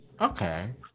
Okay